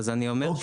אז אני אומר שוב,